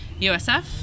USF